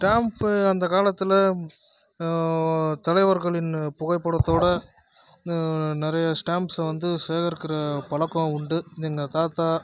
stamp அந்த காலத்தில் தலைவர்களின் புகைப்படத்தோடு நிறைய ஸ்டாம்ப்ஸை வந்து சேகரிக்கிற பழக்கம் உண்டு எங்கள் தாத்தா